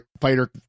fighter